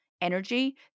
energy